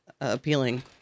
appealing